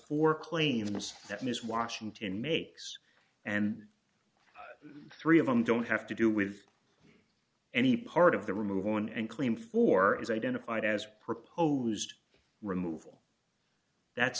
four claims that miss washington makes and three of them don't have to do with any part of the removal one and claim for as identified as proposed removal that's